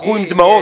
בכו עם דמעות.